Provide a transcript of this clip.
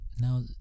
Now